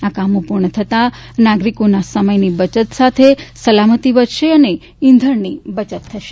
આ કામો પૂર્ણ થતાં નાગરિકોના સમયની બચત સાથે સલામતી વધશે અને ઇંધણની બચત થશે